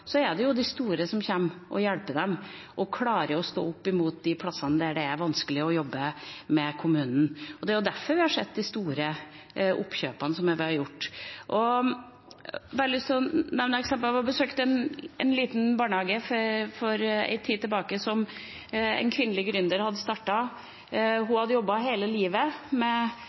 er det de store som kommer og hjelper dem og klarer å stå opp mot de stedene der det er vanskelig å jobbe med kommunen. Det er derfor vi har sett de store oppkjøpene som vi har gjort. Jeg har lyst til å nevne et eksempel: Jeg besøkte en liten barnehage for en tid tilbake som en kvinnelig gründer hadde startet. Hun hadde jobbet hele livet med